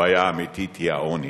הבעיה האמיתית היא העוני,